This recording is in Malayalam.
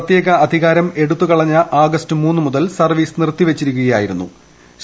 പ്രത്യേക അധികാരം എടുത്തു കളഞ്ഞ ആർസ്റ്റ് മൂന്ന് മുതൽ സർവ്വീസ് നിർത്തിവച്ചിരിക്കുകയായിരുക്കു